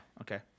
okay